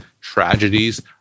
tragedies